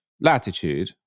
latitude